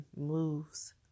moves